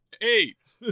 Eight